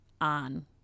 on